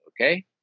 okay